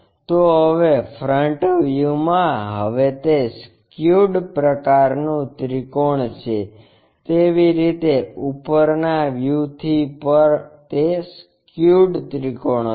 તો હવે ફ્રન્ટ વ્યૂમા હવે તે સ્ક્યુડ પ્રકારનું ત્રિકોણ છે તેવી રીતે ઉપરનાં વ્યૂથી પણ તે સ્ક્યુડ ત્રિકોણ હશે